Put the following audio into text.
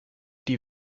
die